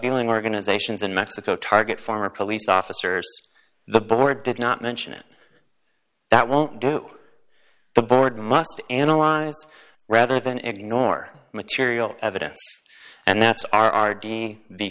dealing organizations in mexico target former police officers the board did not mention it that won't do the board must analyze rather than ignore material evidence and that's r r d v